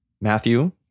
Matthew